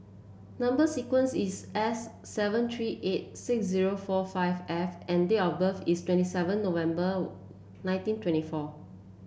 number sequence is S seven three eight six zero four five F and date of birth is twenty seven November nineteen twenty four